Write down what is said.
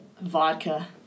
vodka